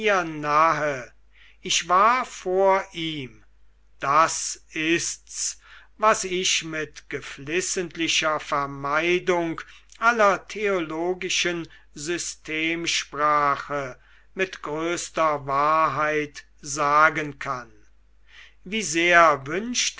ich war vor ihm das ist's was ich mit geflissentlicher vermeidung aller theologischen systemsprache mit größter wahrheit sagen kann wie sehr wünschte ich